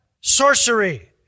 sorcery